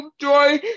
joy